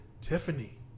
Tiffany